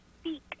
speak